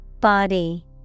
Body